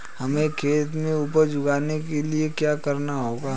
हमें खेत में उपज उगाने के लिये क्या करना होगा?